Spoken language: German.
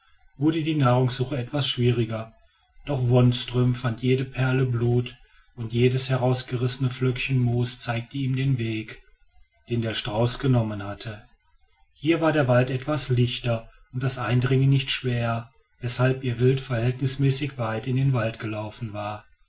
wurde die nachsuche etwas schwieriger doch wonström fand jede perle blut und jedes herausgerissene flöckchen moos zeigte ihm den weg den der strauß genommen hatte hier war der wald etwas lichter und das eindringen nicht schwer weshalb ihr wild verhältnißmäßig weit in den wald gelaufen war